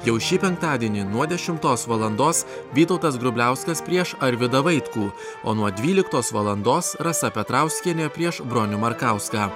jau šį penktadienį nuo dešimtos valandos vytautas grubliauskas prieš arvydą vaitkų o nuo dvyliktos valandos rasa petrauskienė prieš bronių markauską